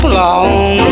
long